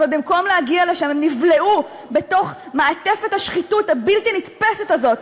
אבל במקום להגיע לשם הם נבלעו בתוך מעטפת השחיתות הבלתי-נתפסת הזאת,